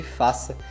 faça